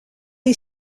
est